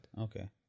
okay